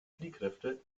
fliehkräfte